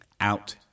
Out